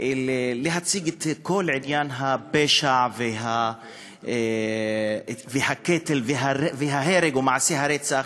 להציג את כל עניין הפשע והקטל וההרג ומעשי הרצח